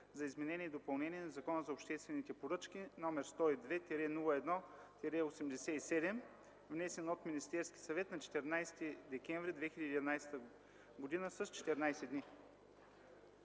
за изменение и допълнение на Закона за обществените поръчки, № 102-01-87, внесен от Министерския съвет на 14 декември 2011 г., с 14 дни.